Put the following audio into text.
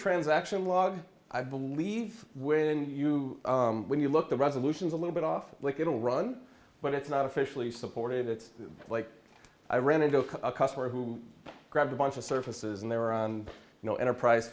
transaction log i believe when you when you look the resolutions a little bit off like it'll run but it's not officially supported it's like i ran into a customer who grabbed a bunch of services and they're on you know enterprise